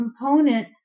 component